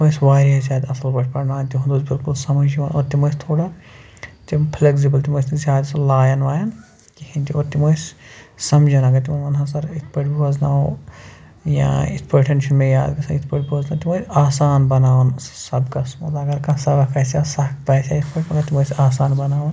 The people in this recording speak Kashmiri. ٲسۍ وارِیاہ زیادٕ اَصٕل پٲٹھۍ پرٕناوان تِہُنٛد اوس بلکُل سمٕجھ یِوان اور تِم ٲسۍ تھوڑا تِم فِلیگزِبُل تِم ٲسۍ نہٕ زیادٕ سُہ لایان وایان کیٚنٛہہ کِہیٖنٛۍ تہِ اور تِم ٲسۍ سمجھن اگر تِمن ونہاو سر یِتھٕ پٲٹھۍ بوزٕناوَو یا یِتھٕ پٲٹھٮ۪ن چھُ مےٚ یاد گژھن یِتھٕ پٲٹھۍ بوزنا تِم ٲسۍ آسان بناوان سبقس اگر کانٛہہ سبق آسہِ ہا سکھ باسہِ ہا یِتھٕ پٲٹھۍ مگر تِم ٲسۍ آسان بناوان